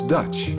Dutch